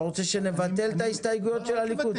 אתה רוצה שנבטל את ההסתייגויות של הליכוד?